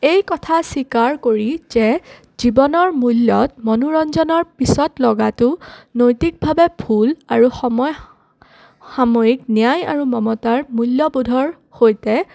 এই কথা স্বীকাৰ কৰি যে জীৱনৰ মূল্যত মনোৰঞ্জনৰ পিছত লগাটো নৈতিকভাৱে ভুল আৰু সময় সাময়িক ন্যায় আৰু মমতাৰ মূল্যবোধৰ সৈতে